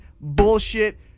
bullshit